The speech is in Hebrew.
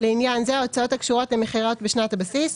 לעניין זה, "ההוצאות הקשורות למכירות בשנת הבסיס"